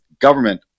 government